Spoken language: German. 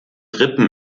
rippen